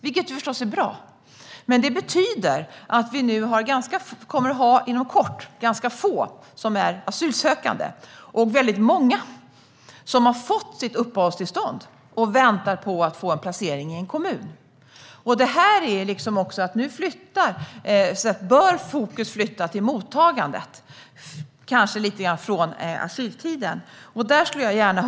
Det är förstås bra, men det betyder att vi inom kort kommer att ha ganska få asylsökande men många som har fått uppehållstillstånd och väntar på att få en placering i en kommun. Nu bör fokus flyttas från asyltiden till mottagandet.